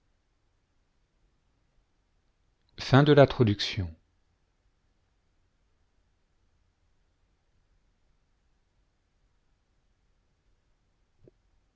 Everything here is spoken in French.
de la précision